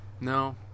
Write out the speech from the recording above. No